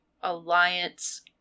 Alliance